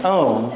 own